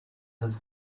ist